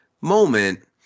moment